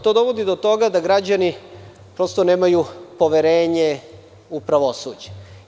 To dovodi do toga da građani prosto nemaju poverenje u pravosuđe.